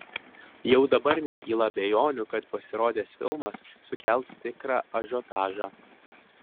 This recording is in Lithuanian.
jau dabar nekyla abejonių kad pasirodęs filmas sukels tikrą ažiotažą